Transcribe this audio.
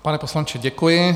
Pane poslanče, děkuji.